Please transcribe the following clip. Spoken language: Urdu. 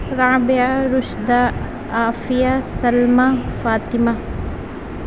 رابعہ رشدہ عافیہ سلمیٰ فاطمہ